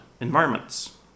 environments